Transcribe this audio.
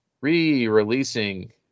re-releasing